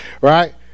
Right